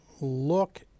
look